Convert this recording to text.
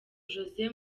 jose